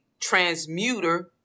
transmuter